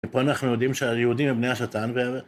פה אנחנו יודעים שהיהודים הם בני השטן ו...